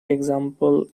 example